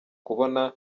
kubona